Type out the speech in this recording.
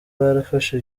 barafashe